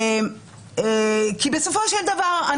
כי בסופו של דבר,